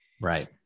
Right